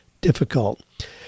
difficult